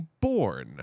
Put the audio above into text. born